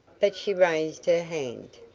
but she raised her hand.